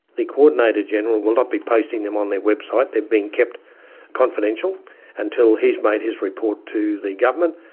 the coordinator general will not be posting them on their website. they're being kept confidential until he's made his report to the government.